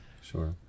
Sure